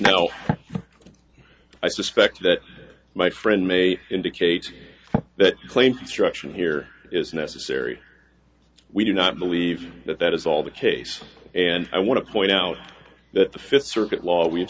well i suspect that my friend may indicate that claim construction here is necessary we do not believe that that is all the case and i want to point out that the fifth circuit law we